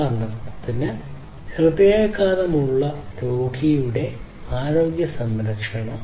ഉദാഹരണത്തിന് ഹൃദയാഘാതം ഉള്ള രോഗിയുടെ ആരോഗ്യ സംരക്ഷണം